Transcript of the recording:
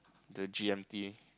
the G_M_T A